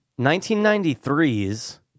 1993's